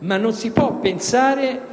ma non si può pensare